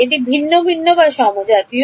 এটি ভিন্ন ভিন্ন বা সমজাতীয়